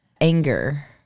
anger